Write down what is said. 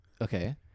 okay